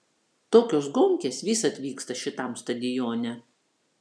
tokios gonkės visad vyksta šitam stadione